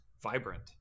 vibrant